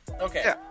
Okay